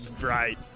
right